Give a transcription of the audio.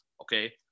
okay